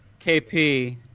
KP